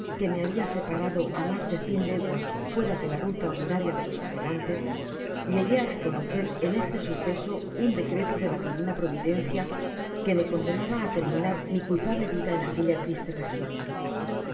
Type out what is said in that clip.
que me habia separado a mas de cien leguas fuera de la ruta ordinaria dé los navegantes llegué á reconocer en este suceso un decreto de la divina providencia que me condenaba á terminar mi culpable vida en aquella triste region